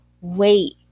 wait